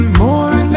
more